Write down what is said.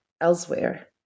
elsewhere